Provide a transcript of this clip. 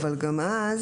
אבל גם אז